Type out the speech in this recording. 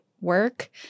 work